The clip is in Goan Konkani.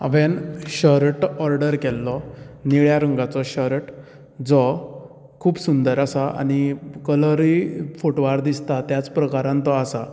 हांवेंन शर्ट ऑर्डर केल्लो निळ्या रंगाचो शर्ट जो खूब सुंदर आसा आनी कलरय फोटवार दिसता त्याच प्रकारान तो आसा